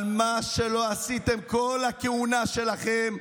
אבל את מה שלא עשיתם כל הכהונה שלכם,